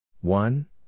one